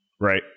right